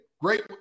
Great